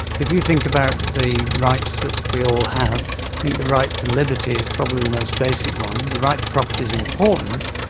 if you think about the rights that we all have, i think the right to liberty is probably the most basic one. the right to property is important,